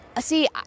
See